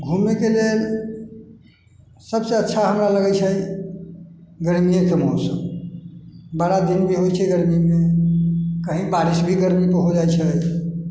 घुमैके लेल सबसँ अच्छा हमरा लगै छै गरमिएके मौसम बड़ा दिन भी होइ छै गरमीमे कहीँ बारिश भी गरमीके हो जाइ छै